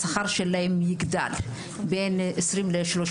השכר שלה יגדל בין 20% ל-30%.